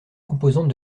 composante